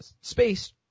space